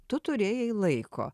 tu turėjai laiko